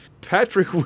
Patrick